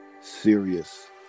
serious